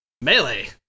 Melee